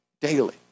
daily